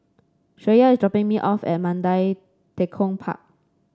Shreya is dropping me off at Mandai Tekong Park